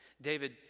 David